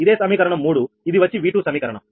ఇదే సమీకరణం 3 ఇది వచ్చి V2 సమీకరణం